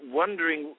wondering